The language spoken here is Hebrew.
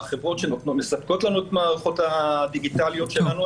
החברות שמספקות לנו את המערכות הדיגיטליות שלנו,